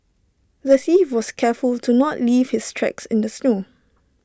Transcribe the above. the thief was careful to not leave his tracks in the snow